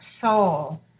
soul